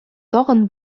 тагын